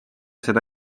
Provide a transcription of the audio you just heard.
seda